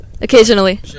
occasionally